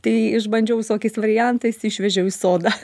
tai išbandžiau visokiais variantais išvežiau į sodą